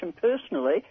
personally